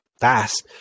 fast